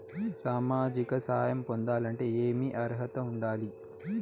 సామాజిక సహాయం పొందాలంటే ఏమి అర్హత ఉండాలి?